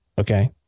okay